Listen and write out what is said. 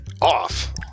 off